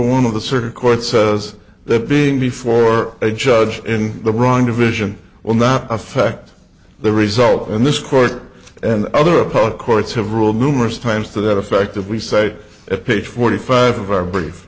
one of the circuit court says that being before a judge in the wrong division will not affect the result in this court and other apart courts have ruled numerous times to that effect of we say at page forty five of our brief